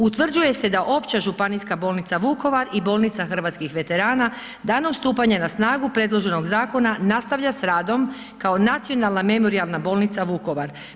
Utvrđuje da Opća županijska bolnica Vukovar i Bolnica hrvatskih veterana danom stupanja na snagu predloženog zakona nastavlja s radom kao Nacionalna memorijalna bolnica Vukovar.